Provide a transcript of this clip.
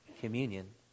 communion